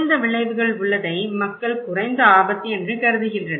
குறைந்த விளைவுகள் உள்ளதை மக்கள் குறைந்த ஆபத்து என்று கருதுகின்றனர்